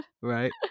right